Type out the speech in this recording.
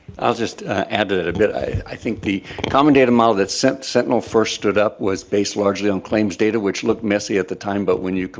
i'll just add to that a bit, i think that the common data model that so sentinel first stood up was based largely on claims data which looked messy at the time but when you,